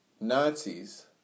Nazis